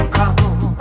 come